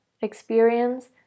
experience